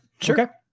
Sure